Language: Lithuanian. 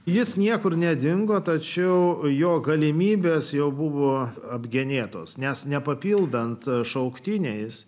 jis niekur nedingo tačiau jo galimybės jau buvo apgenėtos nes nepapildant šauktiniais